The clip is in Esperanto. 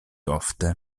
ofte